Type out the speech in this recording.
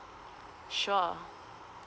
sure